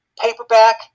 paperback